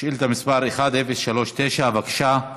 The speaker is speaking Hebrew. שאילתה מס' 1039. בבקשה.